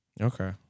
Okay